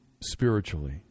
spiritually